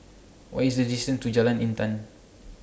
What IS The distance to Jalan Intan